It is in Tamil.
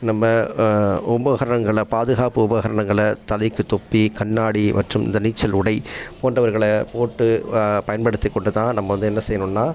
நம்ப உபகரணங்கள பாதுகாப்பு உபகரணங்கள தலைக்குத் தொப்பி கண்ணாடி மற்றும் இந்த நீச்சல் உடை போன்றவைகளை போட்டு பயன்படுத்திக் கொண்டு தான் நம்ம வந்து என்ன செய்யணுன்னா